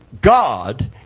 God